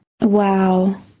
Wow